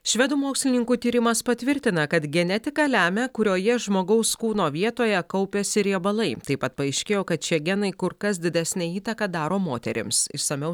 švedų mokslininkų tyrimas patvirtina kad genetika lemia kurioje žmogaus kūno vietoje kaupiasi riebalai taip pat paaiškėjo kad šie genai kur kas didesnę įtaką daro moterims išsamiau